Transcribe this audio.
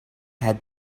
had